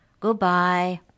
goodbye